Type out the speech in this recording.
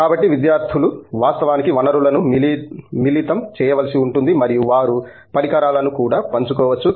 కాబట్టి విద్యార్థులు వాస్తవానికి వనరులను మిళితం చేయవలసి ఉంటుంది మరియు వారు పరికరాలను కూడా పంచుకోవచ్చు